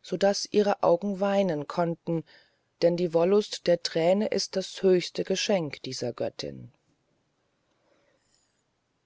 so daß ihre augen weinen konnten denn die wollust der träne ist das höchste geschenk dieser göttin